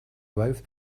both